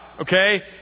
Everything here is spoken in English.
okay